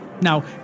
Now